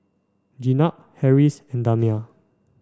Jenab Harris and Damia